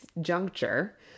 juncture